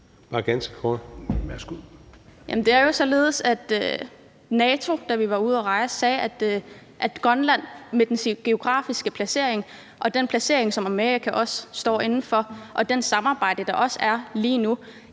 det er jo således, at NATO, da vi var ude at rejse, sagde, at Grønland med dens geografiske placering, den placering, som Amerika også står inde for, og det samarbejde, der også er lige nu,